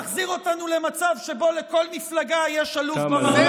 מחזיר אותנו למצב שבו לכל מפלגה יש אלוף במטכ"ל.